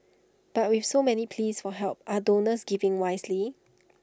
but with so many pleas for help are donors giving wisely